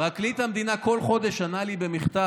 פרקליט המדינה ענה לי כל חודש במכתב: